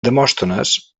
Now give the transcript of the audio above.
demòstenes